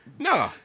No